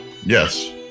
Yes